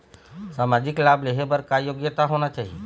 सामाजिक लाभ लेहे बर का योग्यता होना चाही?